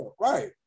Right